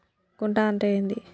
గుంట అంటే ఏంది?